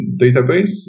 database